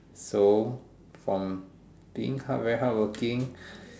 so from being hard very hardworking